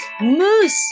moose